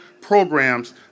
programs